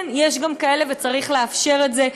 כן, יש גם כאלה, וצריך לאפשר את זה.